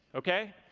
okay?